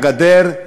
הגדר,